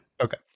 okay